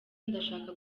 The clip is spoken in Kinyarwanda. ndashaka